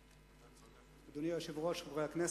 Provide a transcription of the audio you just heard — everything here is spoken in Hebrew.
אדוני היושב-ראש, חברי הכנסת,